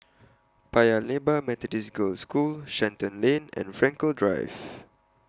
Paya Lebar Methodist Girls' School Shenton Lane and Frankel Drive